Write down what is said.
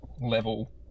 level